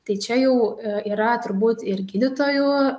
tai čia jau yra turbūt ir gydytojų